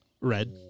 Red